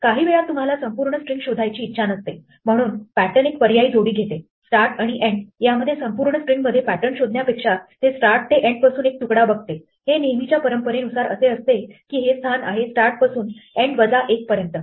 काहीवेळा तुम्हाला संपूर्ण स्ट्रिंग शोधायची इच्छा नसते म्हणून pattern एक पर्यायी जोडी घेते start आणि end यामध्ये संपूर्ण स्ट्रिंग मध्ये pattern शोधण्यापेक्षा ते start ते end पासून एक तुकडा बघते हे नेहमीच्या परंपरेनुसार असे असते की हे स्थान आहे start पासून end वजा 1 पर्यंत